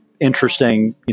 interesting